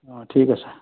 অঁ ঠিক আছে